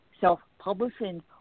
self-publishing